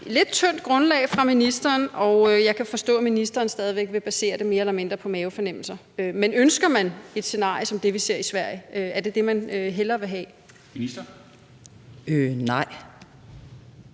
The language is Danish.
lidt tyndt grundlag fra ministeren, og jeg kan forstå, at ministeren stadig væk vil basere det mere eller mindre på mavefornemmelser. Men ønsker man et scenarie som det, vi ser i Sverige? Er det det, man hellere vil have? Kl.